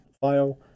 file